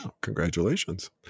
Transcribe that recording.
Congratulations